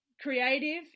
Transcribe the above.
creative